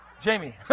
Jamie